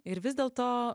ir vis dėlto